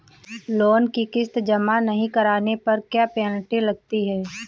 Loan की किश्त जमा नहीं कराने पर क्या पेनल्टी लगती है?